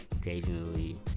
occasionally